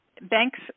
banks